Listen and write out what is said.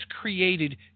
created